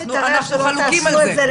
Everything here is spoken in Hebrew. אנחנו חלוקים על זה.